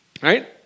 Right